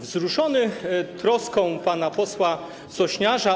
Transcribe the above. Wzruszony troską pana posła Sośniarza.